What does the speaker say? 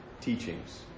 teachings